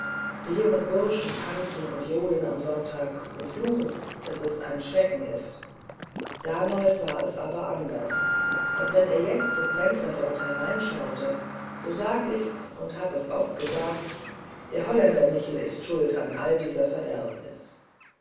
die jungen burschen tanzen und johlen am sonntag und fluchen daß es ein schrecken ist damals war es aber anders und wenn er jetzt zum fenster dort hereinschaute so sag ich's und hab es oft gesagt der holländer michel ist schuld an all dieser verderbnis